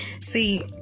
See